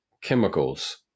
chemicals